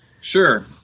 Sure